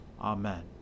Amen